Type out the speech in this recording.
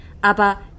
aber